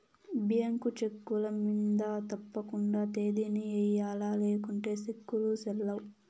bank చెక్కుల మింద తప్పకండా తేదీని ఎయ్యల్ల లేకుంటే సెక్కులు సెల్లవ్